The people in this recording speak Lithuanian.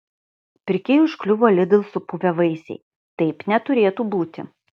pirkėjui užkliuvo lidl supuvę vaisiai taip neturėtų būti